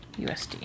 USD